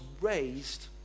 raised